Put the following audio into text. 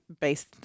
based